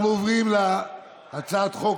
אנחנו עוברים להצעת החוק